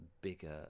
bigger